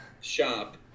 shop